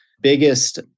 biggest